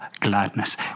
gladness